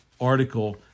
Article